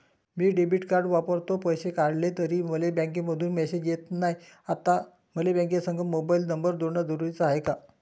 मी debit card वापरतो, पैसे काढले तरी मले बँकेमंधून मेसेज येत नाय, आता मले बँकेसंग मोबाईल नंबर जोडन जरुरीच हाय का?